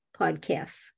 podcasts